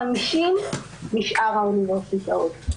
50 משאר האוניברסיטאות.